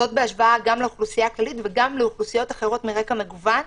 וזאת בהשוואה גם לאוכלוסייה הכללית וגם לאוכלוסיות אחרות מרקע מגוון.